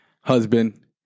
husband